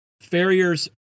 farriers